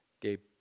Gabe